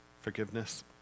forgiveness